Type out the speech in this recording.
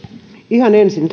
ihan ensin